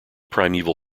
primeval